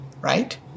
right